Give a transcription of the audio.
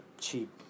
cheap